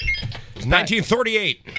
1938